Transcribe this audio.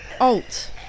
Alt